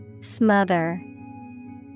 Smother